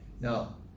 Now